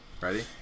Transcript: Ready